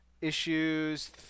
issues